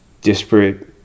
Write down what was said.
disparate